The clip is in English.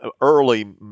Early